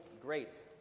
great